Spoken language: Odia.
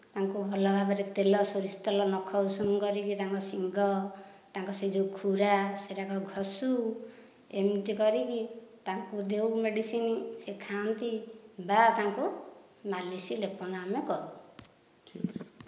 ତାଙ୍କୁ ଭଲ ଭାବରେ ତେଲ ସୋରିଷ ତେଲ ନଖ ଉଷୁମ କରିକି ତାଙ୍କ ସିଂଘ ତାଙ୍କ ସେ ଯେଉଁ ଖୁରା ସେଟା ଘଷୁ ଏମିତି କରିକି ତାଙ୍କୁ ଦେଉ ମେଡ଼ିସିନ ସେ ଖାଆନ୍ତି ବା ତାଙ୍କୁ ମାଲିସ ଲେପନ ଆମେ କରୁ